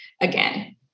again